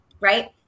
right